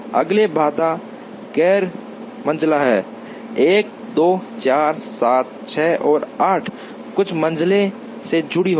अगले बाधा गैर मंझला है 1 2 4 7 6 और 8 कुछ मंझले से जुड़ी होगी